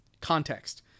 context